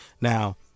Now